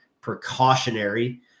precautionary